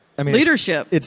Leadership